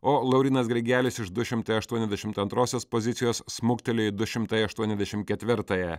o laurynas grigelis iš du šimtai aštuoniasdešimt antrosios pozicijos smuktelėjo į du šimtai aštuoniasdešimt ketvirtąją